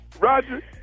Roger